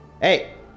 Hey